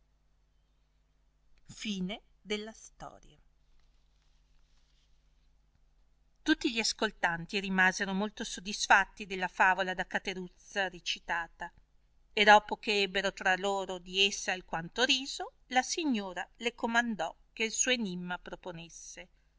facende sue tutti gli ascoltanti rimasero molto sodisfatti della favola da cateruzza recitata e dopo che ebbero tra loro di essa alquanto riso la signora le comandò che suo enimma proponesse